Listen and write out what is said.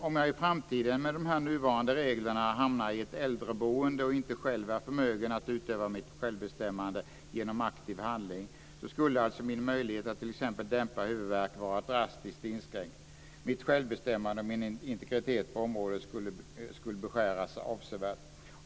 Om jag i framtiden, och nuvarande regler gäller, hamnar i ett äldreboende och själv inte är förmögen att utöva mitt självbestämmande genom aktiv handling skulle alltså mina möjligheter att t.ex. dämpa huvudvärk vara drastiskt inskränkta. Mitt självbestämmande och min integritet på området skulle beskäras avsevärt.